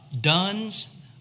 duns